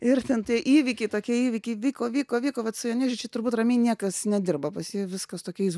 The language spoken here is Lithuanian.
ir ten tie įvykiai tokie įvykiai vyko vyko vyko vat su joniežiu čia turbūt ramiai niekas nedirba pas jį viskas tokiais